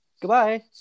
goodbye